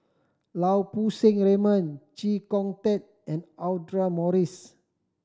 Lau Poo Seng Raymond Chee Kong Tet and Audra Morrice